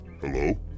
hello